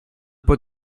pot